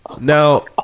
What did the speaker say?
Now